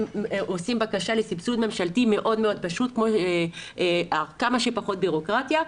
הם עושים בקשה לסבסוד ממשלתי עם כמה שפחות בירוקרטיה,